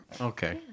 Okay